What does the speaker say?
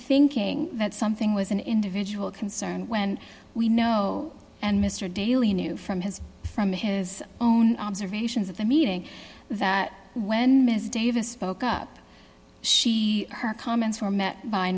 thinking that something was an individual concern when we know and mr daley knew from his from his own observations of the meeting that when ms davis spoke up she her comments were met by